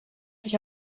sich